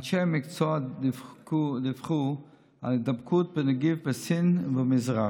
אנשי המקצוע דיווחו על הידבקות מהנגיף בסין ובמזרח.